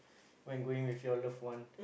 when going with your loved one